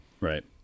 Right